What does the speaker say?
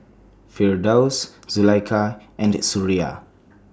Firdaus Zulaikha and Suria